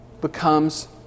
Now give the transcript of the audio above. becomes